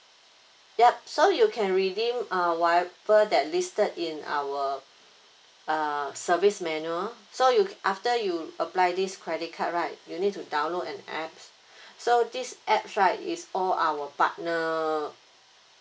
yup so you can redeem uh whatever that listed in our uh service manual so you after you apply this credit card right you need to download an app so this app right is all our partnered